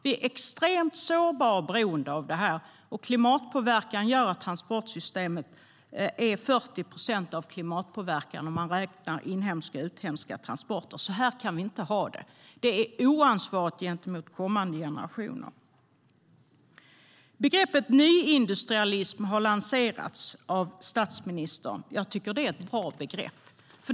Vi är extremt sårbara och beroende av olja, och klimatpåverkan gör att transportsystemet orsakar 40 procent av all klimatpåverkan, om man räknar inhemska och "uthemska" transporter. Så här kan vi inte ha det. Det är oansvarigt gentemot kommande generationer. Begreppet nyindustrialism har lanserats av statsministern. Jag tycker att det är ett bra begrepp.